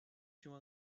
شما